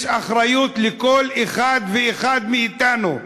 יש אחריות לכל אחד ואחד מאתנו.